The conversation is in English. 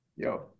Yo